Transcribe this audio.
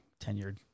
tenured